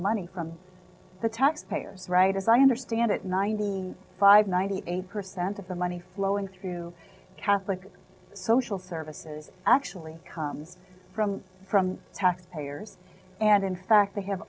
money from the taxpayer right as i understand it ninety five ninety eight percent of the money flowing through catholic social services actually comes from from past payers and in fact they have